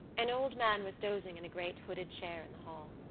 an old man was dozing in a great hooded chair in the hall.